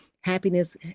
happiness